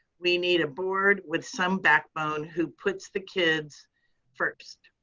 we need a board with some backbone who puts the kids first.